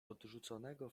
odrzuconego